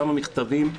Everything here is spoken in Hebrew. כמה מכתבים,